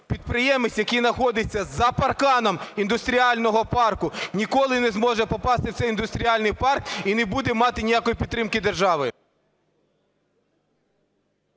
підприємець, який знаходиться за парканом індустріального парку, ніколи не зможе попасти в цей індустріальний парк і не буде мати ніякої підтримки держави.